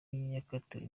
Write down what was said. yakatiwe